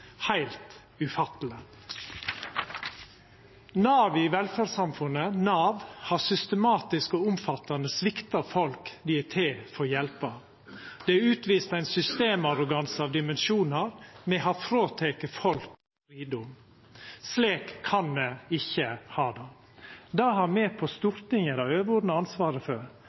heilt ufatteleg. Navet i velferdssamfunnet, Nav, har systematisk og omfattande svikta folk dei er til for å hjelpa. Det er utvist ein systemarroganse av dimensjonar, me har teke frå folk fridom. Slik kan me ikkje ha det. Det har me på Stortinget det overordna ansvaret for.